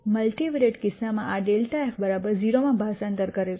multivariate કિસ્સામાં આ ∇ f 0 માં ભાષાંતર કરે છે